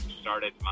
started